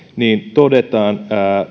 todetaan